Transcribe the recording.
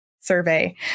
survey